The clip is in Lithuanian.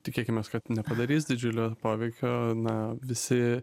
tikėkimės kad nepadarys didžiulio poveikio na visi